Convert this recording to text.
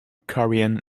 korean